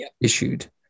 issued